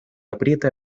aprieta